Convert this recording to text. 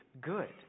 good